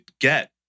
get